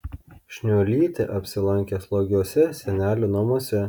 šniuolytė apsilankė slogiuose senelių namuose